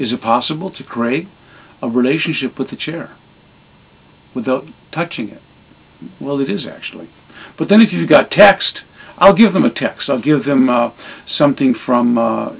is it possible to create a relationship with the chair with the touching it well it is actually but then if you've got text i'll give them a tax i'll give them something from